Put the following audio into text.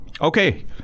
Okay